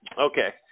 Okay